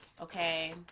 okay